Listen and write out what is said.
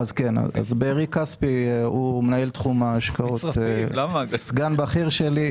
בארי כספי הוא מנהל תחום ההשקעות, סגן בכיר שלי.